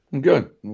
Good